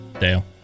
Dale